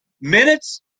minutes